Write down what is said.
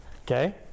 okay